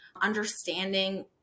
understanding